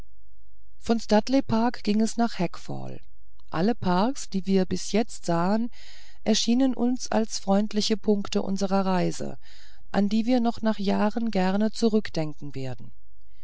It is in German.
von studley park ging es nach hackfall alle parks die wir bis jetzt sahen erschienen uns als freundliche punkte unserer reise an die wir noch nach jahren gern zurückdenken werden